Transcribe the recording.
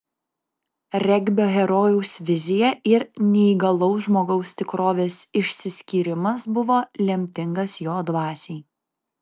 regbio herojaus vizija ir neįgalaus žmogaus tikrovės išsiskyrimas buvo lemtingas jo dvasiai